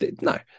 No